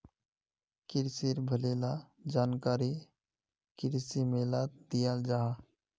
क्रिशिर भले ला जानकारी कृषि मेलात दियाल जाहा